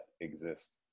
exist